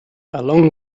along